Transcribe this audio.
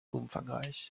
umfangreich